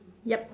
yup